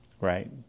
Right